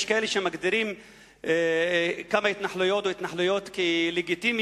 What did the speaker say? יש כאלה שמגדירים כמה התנחלויות כלגיטימיות,